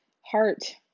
heart